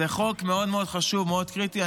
זה חוק מאוד מאוד חשוב ומאוד קריטי.